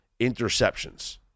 interceptions